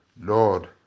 Lord